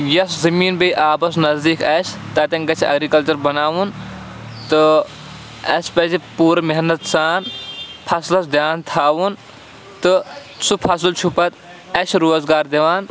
یۄس زٔمیٖن بیٚیہِ آبَس نزدیٖک آسہِ تَتٮ۪ن گژھِ ایٚگرِکَلچَر بَناوُن تہٕ اَسہِ پَزِ پوٗرٕ محنت سان فصلَس دھیان تھاوُن تہٕ سُہ فصل چھُ پَتہٕ اَسہِ روزگار دِوان